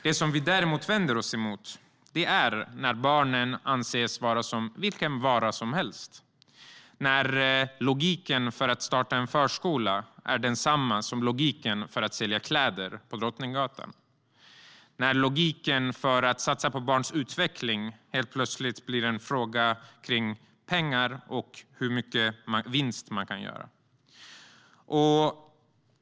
Det som vi däremot vänder oss emot är när barnen anses vara vilken vara som helst, när logiken för att starta en förskola är densamma som logiken för att sälja kläder på Drottninggatan och när logiken för att satsa på barns utveckling helt plötsligt blir en fråga om pengar och hur mycket vinst man kan göra.